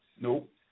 Nope